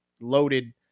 loaded